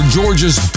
Georgia's